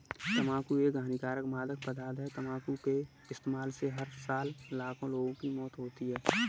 तंबाकू एक हानिकारक मादक पदार्थ है, तंबाकू के इस्तेमाल से हर साल लाखों लोगों की मौत होती है